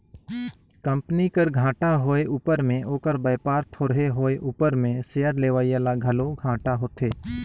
company कर घाटा होए उपर में ओकर बयपार थोरहें होए उपर में सेयर लेवईया ल घलो घाटा होथे